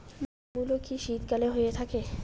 মূলো কি শীতকালে হয়ে থাকে?